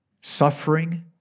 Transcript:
suffering